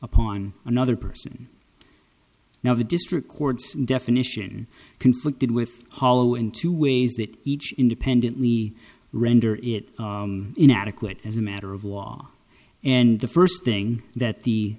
upon another person now the district court's definition conflicted with hollow in two ways that each independently render it inadequate as a matter of law and the first thing that the